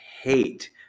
hate